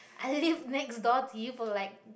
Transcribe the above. I live next door do you polite